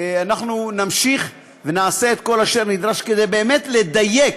אנחנו נמשיך ונעשה את כל אשר נדרש כדי באמת לדייק,